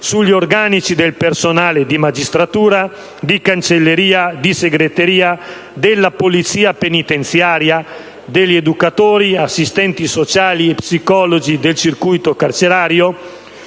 sugli organici del personale di magistratura, di cancelleria, di segreteria, della polizia penitenziaria, degli educatori, assistenti sociali e psicologi del circuito carcerario,